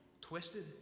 twisted